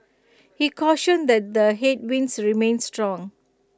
he cautioned that the headwinds remain strong